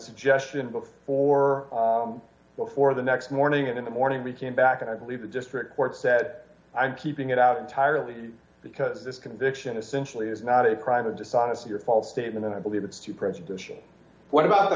suggestion both for what for the next morning and in the morning we came back and i believe the district court said i'm keeping it out entirely because this conviction essentially is not a crime of dishonesty or false statement and i believe it's too prejudicial what about a